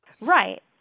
Right